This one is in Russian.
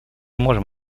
можем